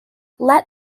let